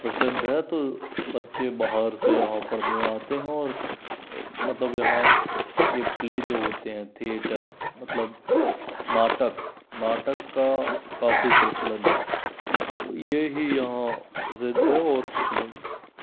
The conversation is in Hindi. प्रसिद्ध है तो बच्चे बाहर से यहाँ पढ़ने आते हैं और मतलब यहाँ ये प्ले जो होते हैं थिएटर मतलब नाटक नाटक का काफ़ी प्रचलन है तो यही यहाँ प्रसिद्ध है और कुछ नहीं